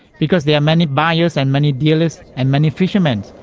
because there are many buyers and many dealers and many fishermen,